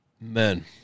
Man